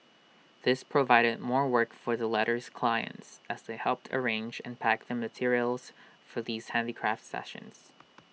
this provided more work for the latter's clients as they helped arrange and pack the materials for these handicraft sessions